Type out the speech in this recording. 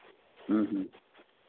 ᱦᱮᱸ ᱦᱮᱸ